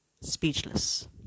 speechless